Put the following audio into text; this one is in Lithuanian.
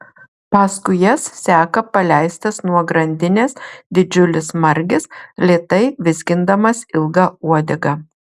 paskui jas seka paleistas nuo grandinės didžiulis margis lėtai vizgindamas ilgą uodegą